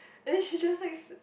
and she just likes